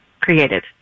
created